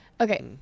Okay